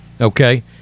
okay